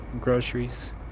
groceries